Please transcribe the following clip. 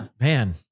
man